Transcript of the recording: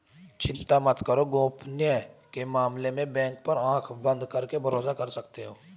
चिंता मत करो, गोपनीयता के मामले में बैंक पर आँख बंद करके भरोसा कर सकते हो